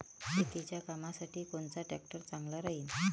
शेतीच्या कामासाठी कोनचा ट्रॅक्टर चांगला राहीन?